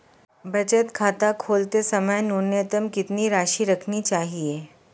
बचत खाता खोलते समय न्यूनतम कितनी राशि रखनी चाहिए?